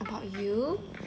about you